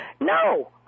No